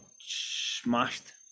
smashed